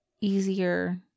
easier